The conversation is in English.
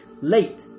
late